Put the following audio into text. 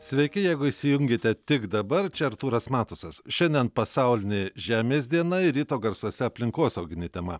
sveiki jeigu įsijungėte tik dabar čia artūras matusas šiandien pasaulinė žemės diena ir ryto garsuose aplinkosauginė tema